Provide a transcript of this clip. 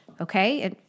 okay